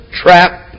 trap